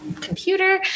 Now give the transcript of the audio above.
computer